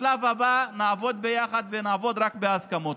השלב הבא: נעבוד ביחד, ונעבוד רק בהסכמות.